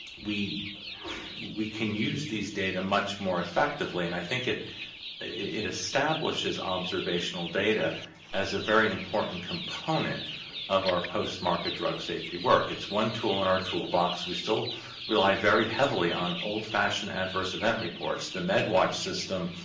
we we can use these data much more effectively and i think it it establishes observational data as a very important component of our post-market drug safety work it's one tool in our toolbox, we still rely very heavily on old-fashioned adverse event reports. the medwatch system